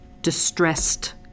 distressed